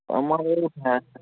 આમાં શું થશે